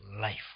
life